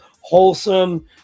wholesome